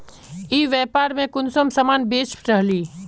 ई व्यापार में कुंसम सामान बेच रहली?